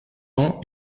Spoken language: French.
ans